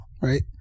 right